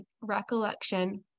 recollection